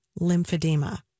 lymphedema